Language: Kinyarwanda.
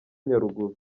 nyaruguru